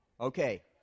Okay